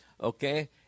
okay